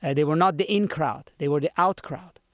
and they were not the in crowd. they were the out crowd.